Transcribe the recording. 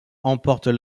emportent